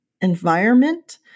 environment